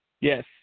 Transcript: Yes